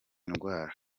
ndwara